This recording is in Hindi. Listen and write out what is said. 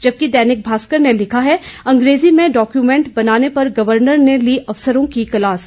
जबकि दैनिक भास्कर ने लिखा है अंग्रेजी में डॉक्यूमेंट बनाने पर गवर्नर ने ली अफसरों की क्लास